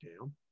down